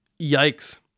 yikes